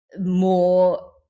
more